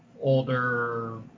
older